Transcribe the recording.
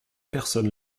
personne